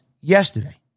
yesterday